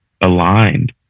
aligned